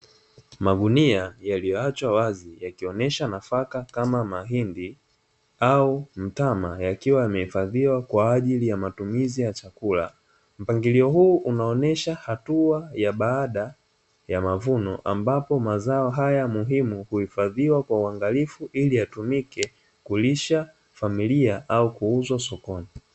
Magunia yaliyoachwa wazi yakionesha nafaka kama mahindi au mtama yakiwa yamehifadhiwa kwa ajili ya matumizi ya chakula, mpangilio huu unaonesha hatua ya baada ya mavuno ambapo, mazao haya muhimu kuhifadhiwa kwa uangalifu ili atumike kulisha familia au kuuzwa sokoni.